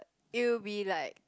it will be like